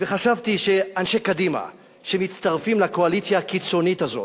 וחשבתי שאנשי קדימה שמצטרפים לקואליציה הקיצונית הזאת,